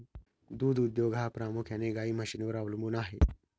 दूध उद्योग हा प्रामुख्याने गाई म्हशींवर अवलंबून आहे